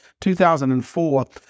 2004